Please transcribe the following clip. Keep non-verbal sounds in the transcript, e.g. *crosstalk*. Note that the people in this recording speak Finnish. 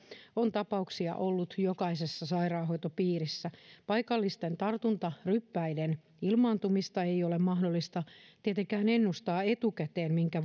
on tapauksia ollut jokaisessa sairaanhoitopiirissä paikallisten tartuntaryppäiden ilmaantumista ei ole mahdollista tietenkään ennustaa etukäteen minkä *unintelligible*